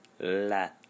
la